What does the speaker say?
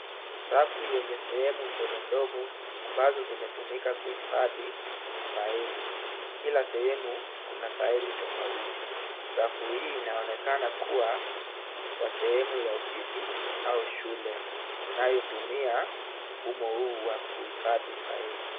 Rafu yenye sehemu ndogondogo ambazo zimetumika kuhifadhi faili. Kila sehemu kuna faili tofauti. Rafu hii inaonekana kuwa kwa sehemu ya ofisi au shule inayotumia mfumo huu wa kuhifadhi faili.